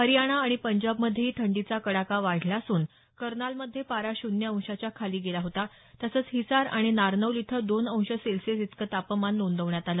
हरियाणा आणि पंजाबमध्येही थंडीचा कडाका वाढला असून कर्नाल मध्ये पारा शून्य अंशाच्या खाली गेला होता तसंच हिसार आणि नारनौल इथं दोन अंश सेल्सियस इतकं तापमान नोंदवण्यात आलं